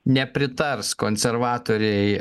nepritars konservatoriai